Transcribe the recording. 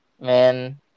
man